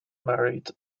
married